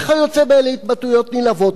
וכיוצא באלה התבטאויות נלהבות.